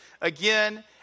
again